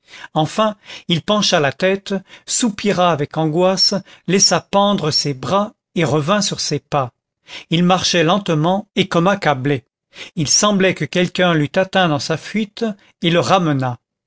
enfin il pencha la tête soupira avec angoisse laissa pendre ses bras et revint sur ses pas il marchait lentement et comme accablé il semblait que quelqu'un l'eût atteint dans sa fuite et